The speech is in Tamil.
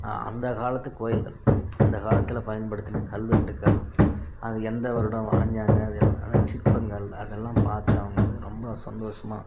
அந்த காலத்து கோயில்கள் அந்த காலத்தில் பயன்படுத்தின கல்வெட்டுக்கள் அது எந்த வருடம் வரைஞ்சாங்க அந்த சிற்பங்கள் அதெல்லாம் பார்த்து அவங்க வந்து ரொம்ப சந்தோஷமா